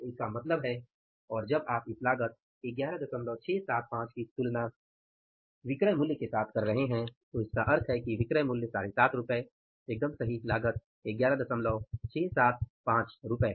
तो इसका मतलब है और जब आप इस लागत 11675 की तुलना विक्रय मूल्य के साथ कर रहे हैं तो इसका मतलब है बिक्री मूल्य 75 एकदम सही लागत 11675 है